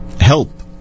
help